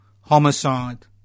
homicide